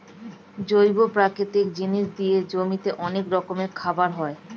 জৈব প্রাকৃতিক জিনিস দিয়ে জমিতে অনেক রকমের খাবার হয়